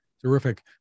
Terrific